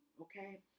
Okay